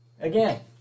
Again